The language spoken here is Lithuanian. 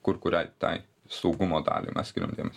kur kuriai tai saugumo daliai mes skiriam dėmesį